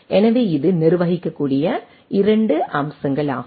எனவே இது நிர்வகிக்கக்கூடிய 2 அம்சங்கள் ஆகும்